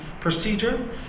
procedure